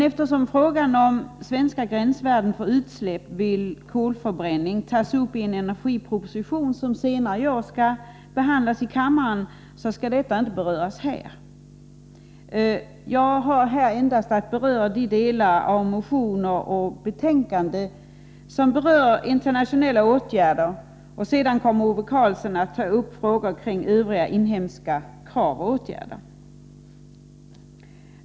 Eftersom frågan om svenska gränsvärden för utsläpp vid kolförbränning tas upp i en energiproposition som senare i år kommer att behandlas i kammaren skall inte den frågan diskuteras i dag. Jag skall här endast uppehålla mig vid de delar av motionerna och betänkandet som gäller internationella åtgärder. Senare kommer Ove Karlsson att beröra frågorna om inhemska krav och åtgärder.